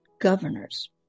governors